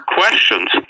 questions